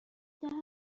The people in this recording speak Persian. دهم